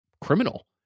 criminal